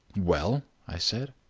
well? i said.